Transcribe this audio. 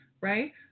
Right